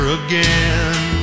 again